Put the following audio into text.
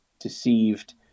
deceived